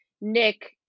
Nick